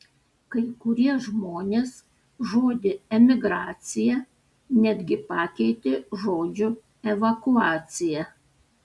kai kurie žmonės žodį emigracija netgi pakeitė žodžiu evakuacija